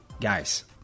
Guys